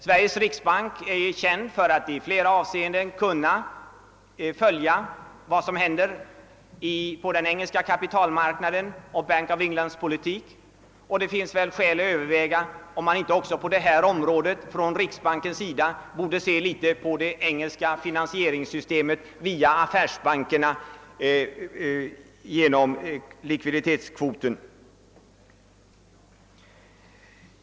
Sveriges riksbank är ju känd för att i flera avseenden inte ställa sig avvisande till vad som händer på den engelska kapitalmarknaden och i Bank of Englands politik, och det finns väl därför skäl att överväga om inte riksbanken också på detta område skulle kunna se litet på det engelska finansieringssystemet och affärsbankernas likviditetskvoter.